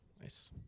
Nice